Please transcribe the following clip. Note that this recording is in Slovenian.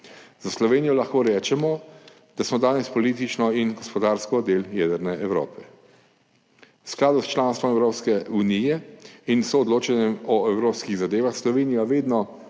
Za Slovenijo lahko rečemo, da smo danes politično in gospodarsko del jedrne Evrope. V skladu s članstvom Evropske unije in soodločanjem o evropskih zadevah Slovenija vedno